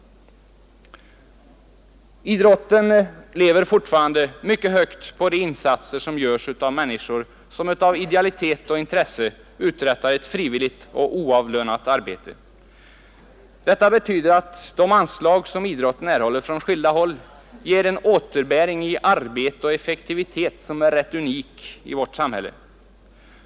Idrotten lever fortfarande mycket högt på de insatser som görs av människor som av idealitet och intresse uträttar ett frivilligt och oavlönat arbete. Detta betyder att de anslag som idrotten erhåller från skilda håll ger en återbäring i arbete och effektivitet som är rätt unik i vårt samhälle.